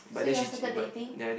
so you all started dating